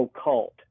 occult